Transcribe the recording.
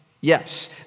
Yes